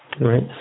Right